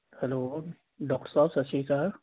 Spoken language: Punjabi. ਹੈਲੋ ਡਾਕਟਰ ਸਾਹਿਬ ਸਤਿ ਸ਼੍ਰੀ ਅਕਾਲ